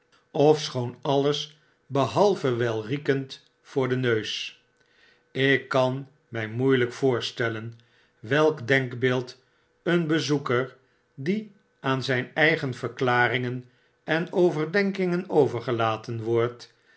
ofschoon alles behalve wefriekend voor den neus ik kan my moeielyk voorstellen welk denkbeeld een bezoeker die aan zyn eigen verklaringen en overdenkingen overgelaten wordt